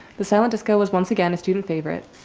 the silent disco was once again a student favorite.